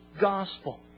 gospel